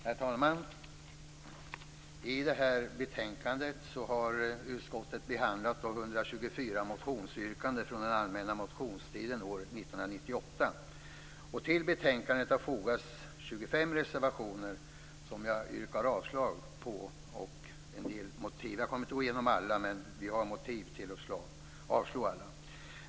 Herr talman! I detta betänkande har utskottet behandlat 124 motionsyrkanden från den allmänna motionstiden år 1998. Till betänkandet har fogats 25 reservationer som jag yrkar avslag på. Jag kommer inte att gå igenom alla, men vi har motiv till att avslå alla.